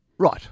Right